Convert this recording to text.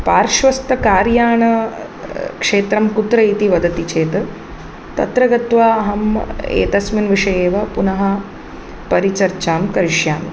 पार्श्वस्थकार्यान क्षेत्रं कुत्र इति वदति चेत् तत्र गत्वा अहम् एतस्मिन् विषये वा पुनः परिचर्चां करिष्यामि